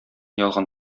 ялган